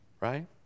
right